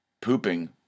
pooping